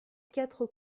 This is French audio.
quatre